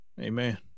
amen